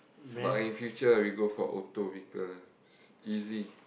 but in future we go for auto because easy